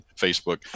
Facebook